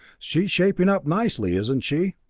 she's shaping up nicely, isn't she?